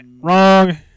Wrong